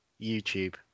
YouTube